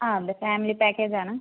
അ അ ഫാമിലി പാക്കേജാണ്